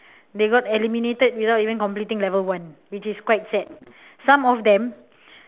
they got eliminated without even completing level one which is quite sad some of them